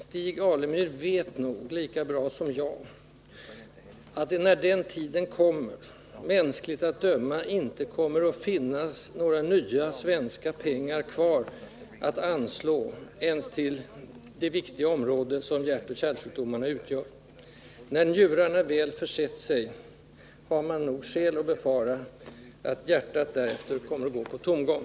Stig Alemyr vet nog, lika bra som jag, att när den tiden kommer det mänskligt att döma inte kommer att finnas några svenska pengar kvar att anslå ens till det viktiga område som hjärtoch kärlsjukdomarna utgör. När njurarna väl försett sig, har man skäl att befara att hjärtat kommer att gå på tomgång.